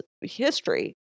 history